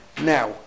Now